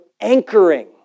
anchoring